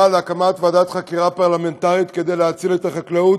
להקים ועדת חקירה פרלמנטרית כדי להציל את החקלאות,